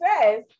says